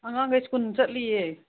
ꯑꯉꯥꯡꯈꯩ ꯁ꯭ꯀꯨꯟ ꯆꯠꯂꯤꯌꯦ